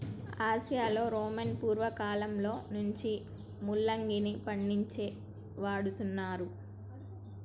ఆసియాలో రోమను పూర్వకాలంలో నుంచే ముల్లంగిని పండించి వాడుతున్నారు